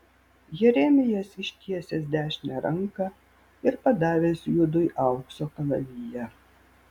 jeremijas ištiesęs dešinę ranką ir padavęs judui aukso kalaviją